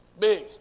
Big